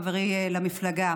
חברי למפלגה.